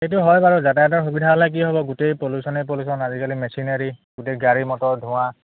সেইটো হয় বাৰু যাতায়তৰ সুবিধা হ'লে কি হ'ব গোটেই পল্যুশ্যনে পল্যুশ্যন আজিকালি মেচিনাৰী গোটেই গাড়ী মটৰ ধোঁৱা